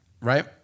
Right